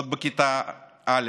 עוד בכיתה א',